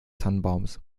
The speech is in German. tannenbaums